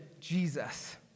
Jesus